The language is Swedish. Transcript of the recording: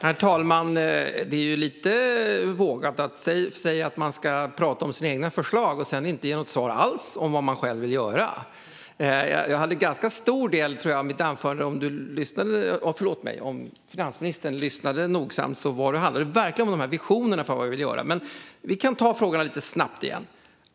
Herr talman! Det är lite vågat att säga att man ska tala om sina egna förslag och sedan inte ge något svar alls om vad man själv vill göra. Om finansministern lyssnade nogsamt till mitt anförande kunde hon höra att det verkligen handlade om visionerna för vad vi vill göra. Vi kan ta frågorna lite snabbt igen.